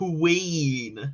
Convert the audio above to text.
Queen